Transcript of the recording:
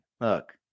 Look